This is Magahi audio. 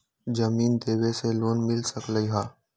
जमीन देवे से लोन मिल सकलइ ह?